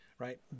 Right